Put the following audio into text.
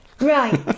Right